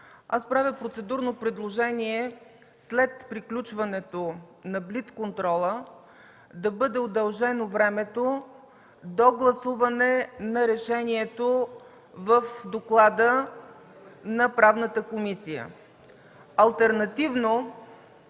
аз правя процедурно предложение след приключването на блиц контрола да бъде удължено времето до гласуване на решението в доклада на Правната комисия. Алтернативно,